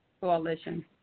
coalition